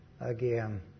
again